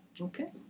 Okay